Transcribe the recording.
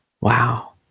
Wow